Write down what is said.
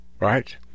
Right